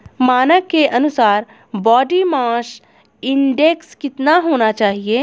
मानक के अनुसार बॉडी मास इंडेक्स कितना होना चाहिए?